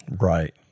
Right